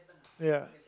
ya